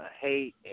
hate